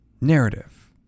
Narrative